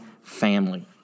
family